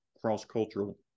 cross-cultural